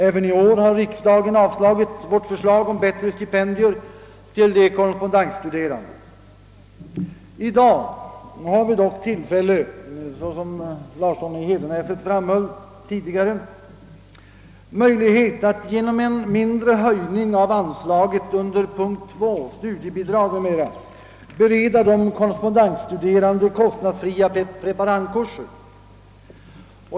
Även i år har riksdagen avslagit vårt förslag om bättre stipendier till de korrespondensstuderande. I dag har vi dock tillfälle, som herr Larsson i Hedenäset framhöll, att genom en mindre höjning av anslaget under punkt II, studiebidrag m.m., bereda de korrespondensstuderande kostnadsfria preparandkurser.